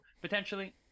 Potentially